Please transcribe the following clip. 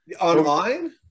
Online